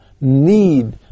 need